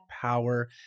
power